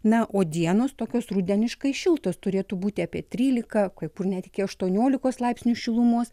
na o dienos tokios rudeniškai šiltos turėtų būti apie trylika kai kur net iki aštuoniolikos laipsnių šilumos